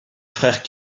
frère